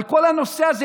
על כל הנושא הזה,